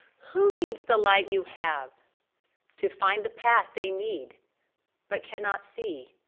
who needs the light you have to find the path they need but cannot see?